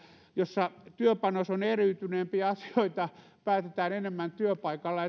jossa työpanos on eriytyneempi ja asioita päätetään enemmän työpaikalla